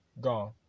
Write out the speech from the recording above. Gone